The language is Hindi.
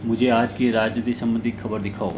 मुझे आज की राजनीति सम्बन्धी ख़बर दिखाओ